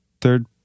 third